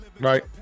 right